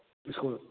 school